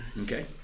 Okay